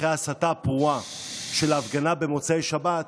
אחרי ההסתה הפרועה של ההפגנה במוצאי שבת,